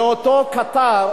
ואותו קטר,